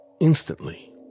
instantly